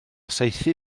saethu